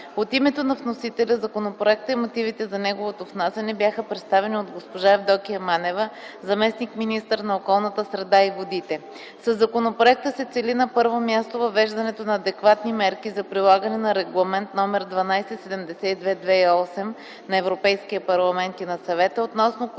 От името на вносителя законопроектът и мотивите за неговото внасяне бяха представени от госпожа Евдокия Манева - заместник-министър на околната среда и водите. Със законопроекта се цели на първо място въвеждането на адекватни мерки за прилагане на Регламент № 1272/2008 на Европейския парламент и на Съвета, относно